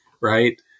right